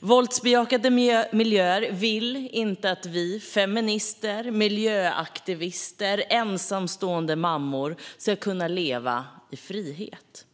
Våldbejakande miljöer vill inte att vi feminister, miljöaktivister och ensamstående mammor ska kunna leva i frihet.